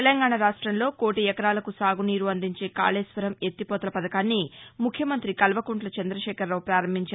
తెలంగాణ రాష్ట్రంలో కోటి ఎకరాలకు సాగునీరు అందించే కాళేశ్వరం ఎత్తిపోతల పథకాన్ని ముఖ్యమంగ్రి కల్వకుంట్ల చంద్రశేఖరరావు ప్రారంభించారు